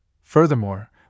Furthermore